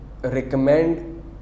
recommend